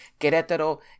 Querétaro